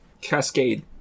Cascade